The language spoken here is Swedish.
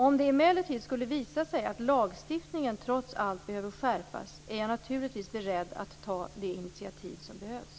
Om det emellertid skulle visa sig att lagstiftningen trots allt behöver skärpas är jag naturligtvis beredd att ta de initiativ som behövs.